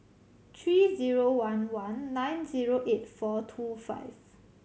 three zero one one nine zero eight four two five